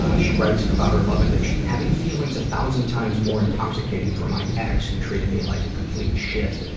ah she writes, about her love addiction having feelings a thousand times more intoxicating for my ex who treated me like complete shit,